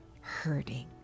hurting